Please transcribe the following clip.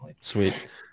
sweet